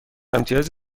امتیاز